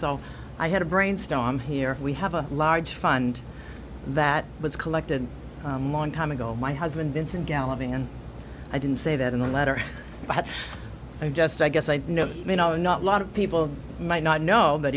so i had a brainstorm here we have a large fund that was collected a long time ago my husband vince and galloping and i didn't say that in the letter but i just i guess i know you know not lot of people might not know that